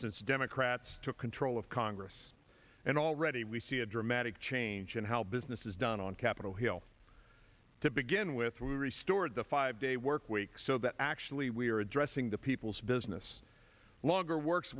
since democrats took control of congress and already we see a dramatic change in how business is done on capitol hill to begin with we restored the five day work week so that actually we are addressing the people's business longer work